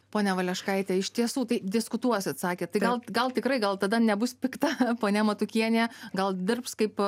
pone valeškaite iš tiesų tai diskutuosit sakėt tai gal gal tikrai gal tada nebus pikta ponia matukienė gal dirbs kaip